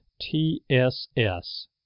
TSS